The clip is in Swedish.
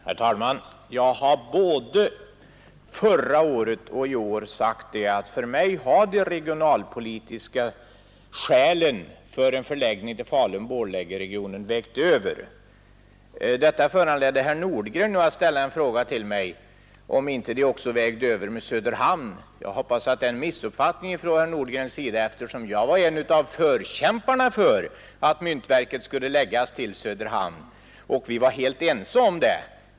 Herr talman! Jag har både förra året och i år sagt att för mig har de regionalpolitiska skälen för en förläggning till Falun-Borlängeregionen vägt över. Detta föranledde nu herr Nordgren att fråga mig om de inte också vägde över för Söderhamn. Jag hoppas att det är en missuppfattning från herr Nordgrens sida, eftersom jag var en av förkämparna för att myntverket skulle förläggas till Söderhamn och eftersom vi var helt ense om det.